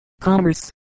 commerce